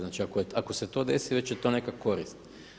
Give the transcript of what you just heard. Znači, ako se to desi, već je to neka korist.